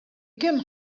kemm